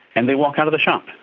and they walk out of the shop,